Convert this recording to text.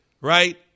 Right